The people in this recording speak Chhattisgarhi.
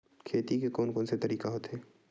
खेती के कोन कोन से तरीका होथे?